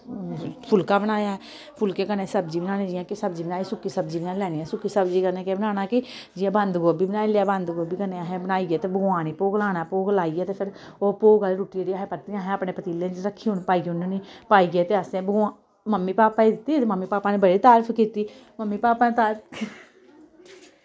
फुल्का बनाया ऐ फुल्के कन्नै सब्जी बनानी जियां कि सब्जी बनाई सुक्की सब्जी निं ना लैनी सुक्की सब्जी कन्नै केह् बनाना कि जियां बंद गोभी बनाई लेआ बंद गोभी कन्नै असें बनाइयै ते भगवान गी भोग लाना ते भोग लाइयै ते फिर ओह् भोग आह्ली रुट्टी असैं परतियै असैं अपने पतीले च रक्खी उन पाई ओड़नी पाइयै ते असैं भगवान मम्मी पापा गी दित्ती ते मम्मी पापा नै बड़ी तारीफ कीती मम्मी पापा नै तारिफ